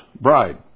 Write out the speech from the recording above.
bride